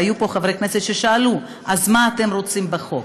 והיו פה חברי כנסת ששאלו: אז מה אתם רוצים בחוק?